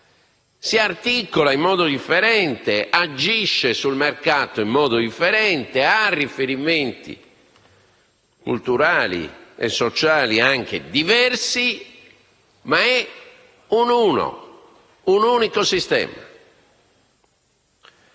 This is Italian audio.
si articola in modo differente, agisce sul mercato in modo differente, ha riferimenti culturali e sociali anche diversi, ma è un uno, un unico sistema.